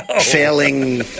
Failing